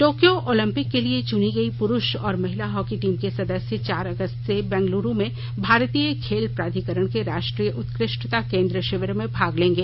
Tokyo Olympic के लिए चुनी गई पुरुष और महिला हॉकी टीम के सदस्य चार अगस्त से बंगलुरु में भारतीय खेल प्राधिकरण के राष्ट्रीय उत्कृष्टता केंद्र शिविर में भाग लेंगे